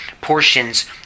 portions